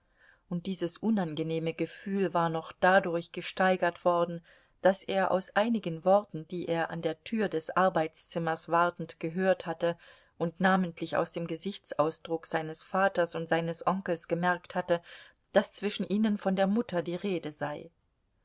und dieses unangenehme gefühl war noch dadurch gesteigert worden daß er aus einigen worten die er an der tür des arbeitszimmers wartend gehört hatte und namentlich aus dem gesichtsausdruck seines vaters und seines onkels gemerkt hatte daß zwischen ihnen von der mutter die rede sei